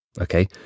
Okay